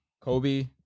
Kobe